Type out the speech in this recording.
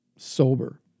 Sober